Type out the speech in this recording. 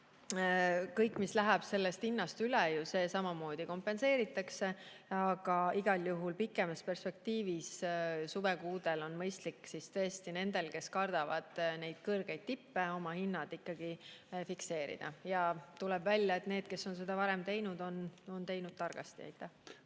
kõik, mis läheb sellest hinnast üle, ju samamoodi kompenseeritakse. Aga igal juhul pikemas perspektiivis on suvekuudel tõesti mõistlik nendel, kes kardavad neid kõrgeid tippe, hinnad ikkagi fikseerida. Tuleb välja, et need, kes on seda varem teinud, on teinud targasti.